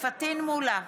פטין מולא,